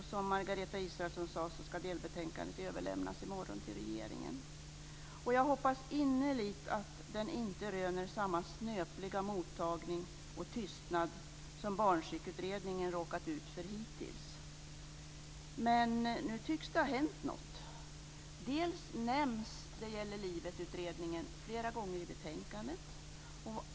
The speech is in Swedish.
Som Margareta Israelsson sade ska delbetänkandet överlämnas till regeringen i morgon. Jag hoppas innerligt att det inte röner samma snöpliga mottagande och tystnad som Barnpsykutredningen råkat ut för hittills. Men nu tycks det ha hänt något. Det gäller livetutredningen nämns flera gånger i betänkandet.